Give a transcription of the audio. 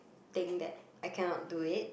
think that I cannot do it